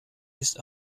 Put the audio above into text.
ist